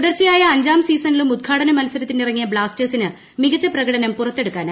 തുടർച്ചയായ അഞ്ചാം സീസണിലും ഉദ്ഘാടന മത്സരത്തിനിറങ്ങിയ ബ്ലാസ്റ്റേഴ്സിന് മികച്ച പ്രകടനം പുറത്തെടുക്കാനായില്ല